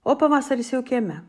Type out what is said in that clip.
o pavasaris jau kieme